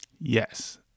Yes